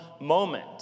moment